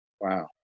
Wow